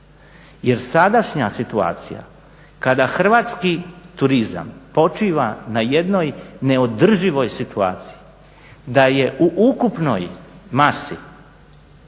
jer sadašnja situacija kada hrvatski turizam počiva na jednoj neodrživoj situaciji da je u ukupnoj masi